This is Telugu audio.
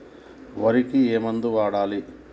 వరికి ఏ మందు వాడాలి?